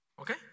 Okay